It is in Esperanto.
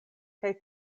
kaj